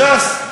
ש"ס,